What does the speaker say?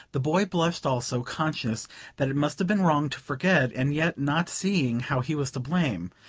the boy blushed also, conscious that it must have been wrong to forget, and yet not seeing how he was to blame.